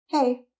Hey